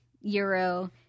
Euro